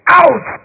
out